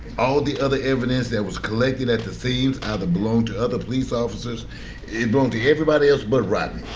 all the other evidence that was collected at the scenes either belonged to other police officers it belong to everybody else but rodney.